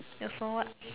you're from what